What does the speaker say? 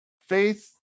faith